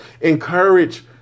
encourage